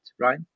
right